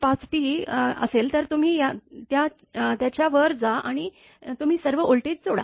5T असेल तर तुम्ही त्या च्या वर जा आणि तुम्ही सर्व व्होल्टेज जोडा